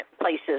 places